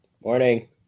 Morning